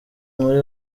muri